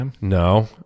No